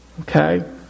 Okay